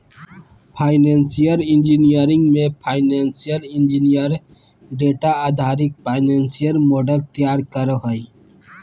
financial engineering मे financial engineer data आधारित financial models तैयार करो हय